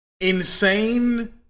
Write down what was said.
insane